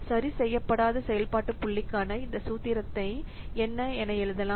சரிசெய்யப்படாத செயல்பாட்டு புள்ளிக்கான இந்த சூத்திரத்தை என்ன என எழுதலாம்